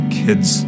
kids